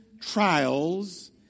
trials